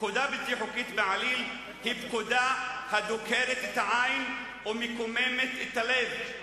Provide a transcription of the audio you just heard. "פקודה בלתי חוקית בעליל היא פקודה הדוקרת את העין ומקוממת את הלב,